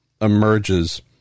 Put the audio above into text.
emerges